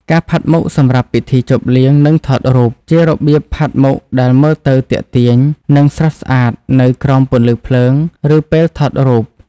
ការផាត់មុខសម្រាប់ពិធីជប់លៀង និងថតរូប ជារបៀបផាត់មុខដែលមើលទៅទាក់ទាញ និងស្រស់ស្អាតនៅក្រោមពន្លឺភ្លើង ឬពេលថតរូប។